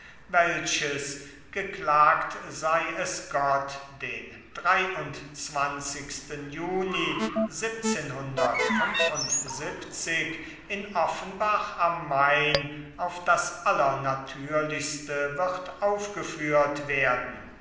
welches geklagt sei es gott den juni in offenbach am main auf das allernatürlichste wird aufgeführt werden